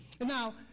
Now